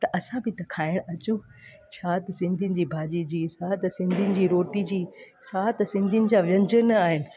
त असां बि त खाइण अचूं छा त सिंधियुनि जी भाॼी जी छा त सिंधीयुनि जी रोटी जी छा त सिंधीयुनि जा व्यंजन आहिनि